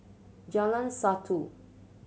Jalan Satu